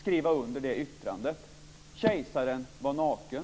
skriva under. Kejsaren var naken.